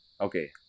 Okay